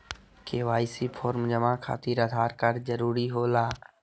KYC form जमा खातिर Aadhaar card जरूरी होला?